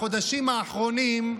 בחודשים האחרונים,